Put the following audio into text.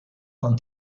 con